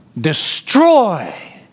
destroy